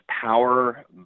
power